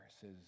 says